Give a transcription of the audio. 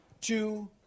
Two